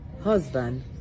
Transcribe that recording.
husband